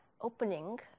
Opening